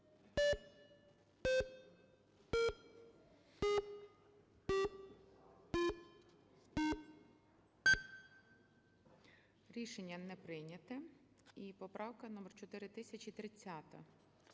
Рішення не прийнято. І поправка номер 4030.